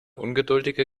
ungeduldige